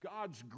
God's